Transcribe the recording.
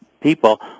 people